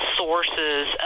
sources